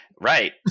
Right